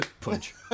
punch